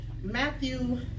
Matthew